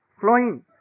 flowing